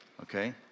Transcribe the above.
okay